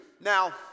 now